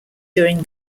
during